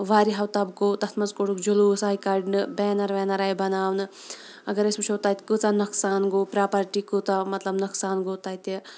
واریَہَو طبقو تَتھ منٛز کوٚڑُکھ جلوٗس آے کَڑنہٕ بینَر وینَر آے بَناونہٕ اگر أسۍ وٕچھو تَتہِ کۭژاہ نۄقصان گوٚو پرٛاپَرٹی کوٗتاہ مطلب نۄقصان گوٚو تَتہِ